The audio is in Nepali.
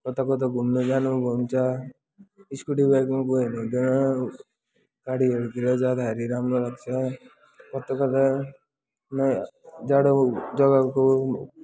कता कता घुम्नु जानु हुन्छ स्कुटी बाइकमा गयो भने त गाडीहरूतिर जाँदाखेरि राम्रो लाग्छ कता कता मा जाडो जग्गाको